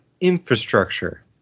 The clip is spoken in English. infrastructure